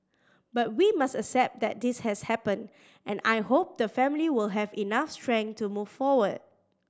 but we must accept that this has happened and I hope the family will have enough strength to move forward